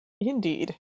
Indeed